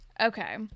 Okay